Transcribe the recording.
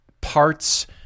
Parts